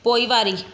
पोइवारी